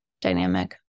dynamic